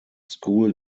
school